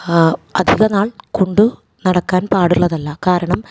അധികനാൾ കൊണ്ടു നടക്കാൻ പാടുള്ളതല്ല കാരണം